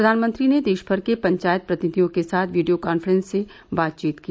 प्रधानमंत्री ने देशभर के पंचायत प्रतिनिधियों के साथ वीडियो कॉन्फ्रेंस से बातचीत की